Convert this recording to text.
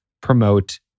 promote